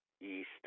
east